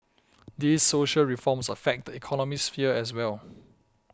these social reforms affect the economic sphere as well